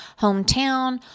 hometown